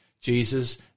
Jesus